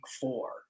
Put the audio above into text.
four